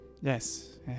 yes